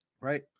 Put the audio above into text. right